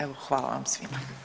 Evo hvala vam svima.